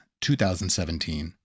2017